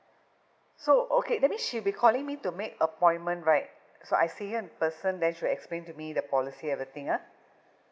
so okay that mean she'll be calling me to make appointment right so I see her in person then she'll explain to me the policy everything ah